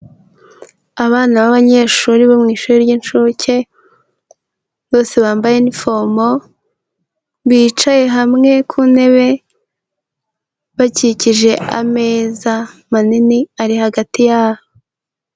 Abana b'abanyeshuri bo mu ishuri ry'incuke, bose bambaye inifomo, bicaye hamwe ku ntebe bakikije ameza manini ari hagati yabo.